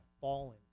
fallen